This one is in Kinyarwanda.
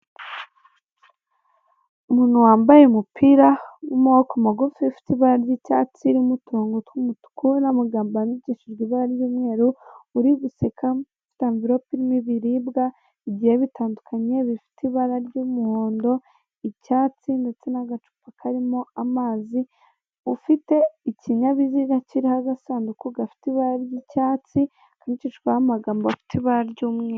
Umuntu wambaye umupira w'amaboko magufi, ufite ibara ry'icyatsi urimo uturongo tw'umutuku n'amagambo yandikishije ibara ry'umweru uri guseka. Ufite amverope irimo ibiribwa bigiye bitandukanye, bifite ibara ry'umuhondo, icyatsi ndetse n'agacupa k'amazi. Ufite ikinyabiziga kiriho agasanduku gafite ibara ry'icyatsi, kandikishijweho amagambo afite ibara ry'umweru.